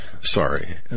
sorry